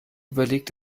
überlegt